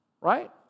Right